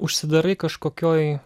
užsidarai kažkokioj